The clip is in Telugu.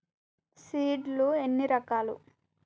సీడ్ లు ఎన్ని రకాలు?